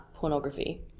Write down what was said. Pornography